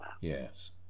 yes